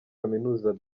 kaminuza